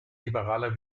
liberaler